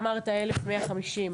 אמרת 1,150,